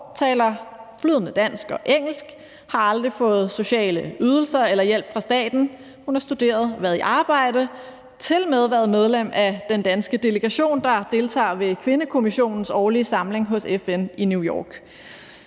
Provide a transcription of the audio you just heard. taler flydende dansk og engelsk, har aldrig fået sociale ydelser eller hjælp fra staten, hun har studeret, været i arbejde, og hun har tilmed været medlem af den danske delegation, der deltager ved Kvindekommissionens årlige samling hos FN i New York.